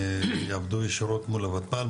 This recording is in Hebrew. ויעבדו ישירות מול הותמ"ל,